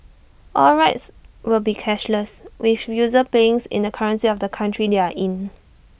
all rides will be cashless with users paying in the currency of the country they are in